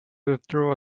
withdraw